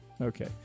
Okay